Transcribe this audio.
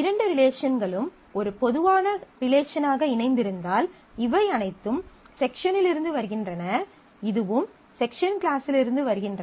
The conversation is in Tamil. இரண்டு ரிலேசன்களும் ஒரு பொதுவான ரிலேசனாக இணைந்திருந்தால் இவை அனைத்தும் செக்ஷனில் இருந்து வருகின்றன இதுவும் செக்ஷன் கிளாஸிருந்து வருகின்றன